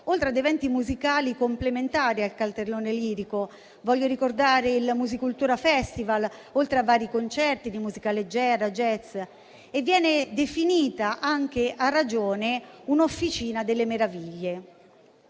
oltre ad eventi musicali complementari al cartellone lirico. Voglio ricordare il Musicultura Festival, oltre a vari concerti di musica leggera e jazz. Viene definita a ragione un'officina delle meraviglie.